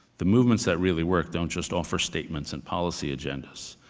the movements that really work don't just offer statements and policy agendas.